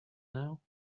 now